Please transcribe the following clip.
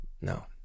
no